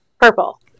Purple